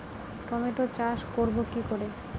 Tomato চাষ করব কি করে?